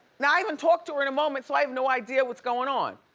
now i haven't talked to her in a moment so i have no idea what's goin' on.